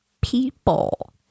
people